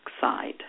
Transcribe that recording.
side